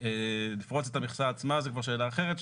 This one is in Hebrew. לפרוס את המכסה עצמה, זאת שאלה אחרת.